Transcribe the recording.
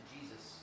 Jesus